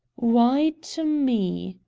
why to me?